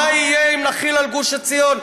מה יהיה אם נחיל על גוש עציון?